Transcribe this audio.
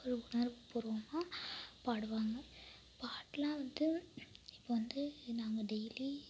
அப்படி ஒரு உணர்வு பூர்வமாக பாடுவாங்க பாட்டெல்லாம் வந்து இப்போ வந்து நாங்கள் டெய்லி